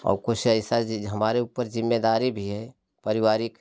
और कुछ ऐसा चीज हमारे ऊपर जिम्मेदारी भी है परिवारिक